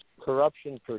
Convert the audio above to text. corruption